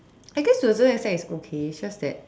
I guess to a certain extent it's okay it's just that